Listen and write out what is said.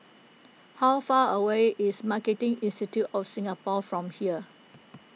how far away is Marketing Institute of Singapore from here